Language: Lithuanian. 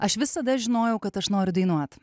aš visada žinojau kad aš noriu dainuot